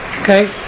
Okay